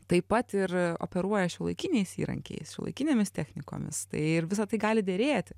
taip pat ir operuoja šiuolaikiniais įrankiais šiuolaikinėmis technikomis tai ir visa tai gali derėti